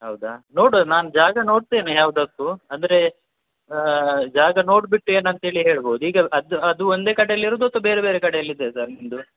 ಹೌದಾ ನೋಡುವ ನಾನು ಜಾಗ ನೋಡ್ತೇನೆ ಯಾವುದಾದ್ರು ಅಂದರೆ ಜಾಗ ನೋಡ್ಬಿಟ್ಟು ಏನು ಅಂತೇಳಿ ಹೇಳ್ಬೋದು ಈಗ ಅದು ಅದು ಒಂದೇ ಕಡೆಯಲ್ ಇರೋದು ಅಥ್ವ ಬೇರೆ ಬೇರೆ ಕಡೆಯಲ್ಲಿ ಇದೆಯ ಸರ್ ನಿಮ್ದು